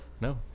No